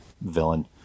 villain